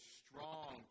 strong